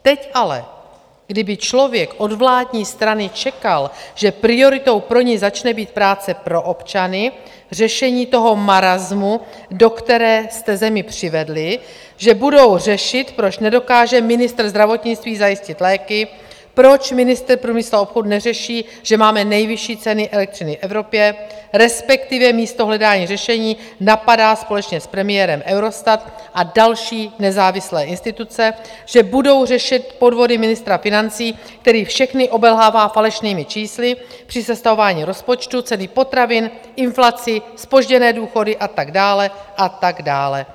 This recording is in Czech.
Teď ale, kdy by člověk od vládní strany čekal, že prioritou pro ni začne být práce pro občany, řešení toho marasmu, do kterého jste zemi přivedli, že budou řešit, proč nedokáže ministr zdravotnictví zajistit léky, proč ministr průmyslu a obchodu neřeší, že máme nejvyšší ceny elektřiny v Evropě, respektive místo hledání řešení napadá společně s premiérem Eurostat a další nezávislé instituce, že budou řešit podvody ministra financí, který všechny obelhává falešnými čísly při sestavování rozpočtu, ceny potravin, inflaci, zpožděné důchody a tak dále a tak dále.